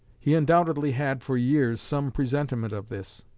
he undoubtedly had for years some presentiment of this.